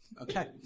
Okay